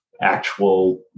actual